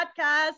podcast